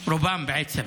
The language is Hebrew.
רובם, בעצם,